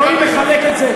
אלוהים מחלק את זה,